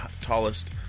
tallest